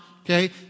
okay